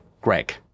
greg